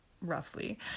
Roughly